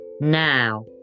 Now